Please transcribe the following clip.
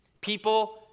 People